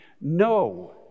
no